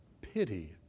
pity